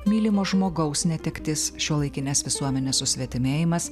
mylimo žmogaus netektis šiuolaikinės visuomenės susvetimėjimas